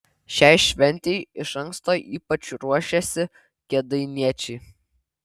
šiai šventei iš anksto ypač ruošėsi kėdainiečiai